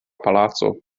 palaco